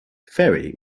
ferry